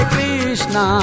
Krishna